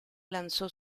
lanzó